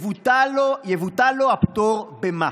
יבוטל לו הפטור ממס.